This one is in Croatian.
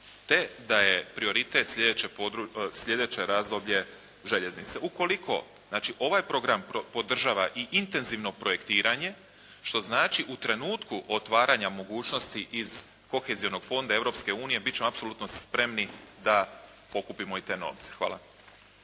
te da je prioritet slijedeće razdoblje željeznice. Ukoliko znači ovaj program podržava i intenzivno projektiranje što znači u trenutku otvaranja mogućnosti iz kohezionog fonda Europske unije bit ćemo apsolutno spremni da pokupimo i te novce. Hvala.